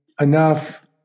enough